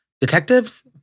detectives